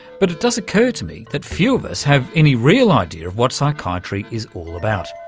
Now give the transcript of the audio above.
but it does occur to me that few of us have any real idea of what psychiatry is all about,